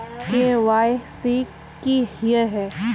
KYC की हिये है?